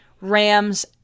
Rams